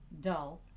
dull